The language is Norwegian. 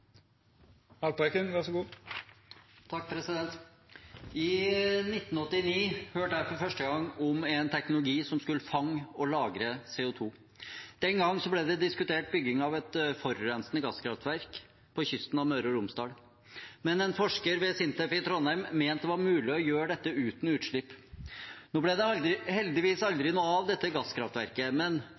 Den gang ble bygging av et forurensende gasskraftverk på kysten av Møre og Romsdal diskutert. En forsker ved SINTEF i Trondheim mente dette var mulig å gjøre uten utslipp. Nå ble dette gasskraftverket heldigvis aldri noe av,